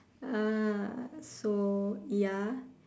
uh so ya